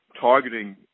targeting